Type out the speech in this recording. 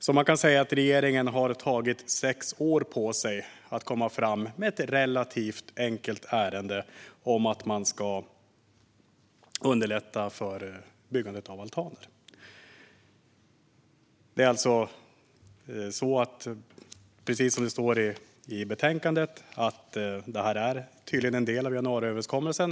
Man kan alltså säga att regeringen har tagit sex år på sig att komma fram med ett relativt enkelt ärende om att underlätta byggandet av altaner. Precis som det står i betänkandet är det här en del av januariöverenskommelsen.